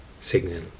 signal